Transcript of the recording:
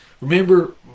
Remember